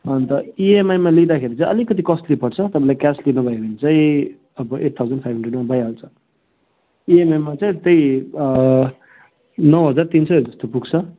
अन्त इएमआईमा लिँदाखेरि चाहिँ अलिकति कस्टली पर्छ तपाईँलाई क्यास लिनुभयो भने चाहिँ अब एट थाउजन्ड फाइभ हन्ड्रेडमा भइहाल्छ इएमआईमा चाहिँ त्यही नौ हजार तिन सयहरू जस्तो पुग्छ